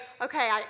okay